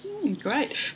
Great